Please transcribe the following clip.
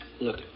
Look